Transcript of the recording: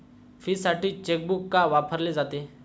फीसाठी चेकबुक का वापरले जाते?